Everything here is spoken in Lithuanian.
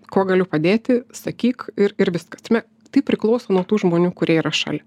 kuo galiu padėti sakyk ir ir viskas tame tai priklauso nuo tų žmonių kurie yra šalia